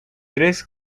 três